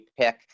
pick